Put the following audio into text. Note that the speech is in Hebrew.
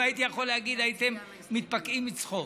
אם הייתי יכול להגיד הייתם מתפקעים מצחוק.